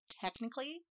Technically